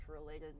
related